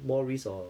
more risk or